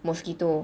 mosquito